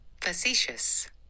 Facetious